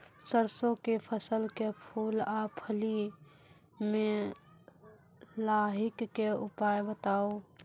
सरसों के फसल के फूल आ फली मे लाहीक के उपाय बताऊ?